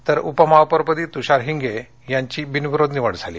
तर उपमहापौरपदी तृषार हिंगे यांनी बिनविरोध निवड झाली